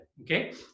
Okay